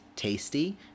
Tasty